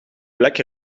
vlek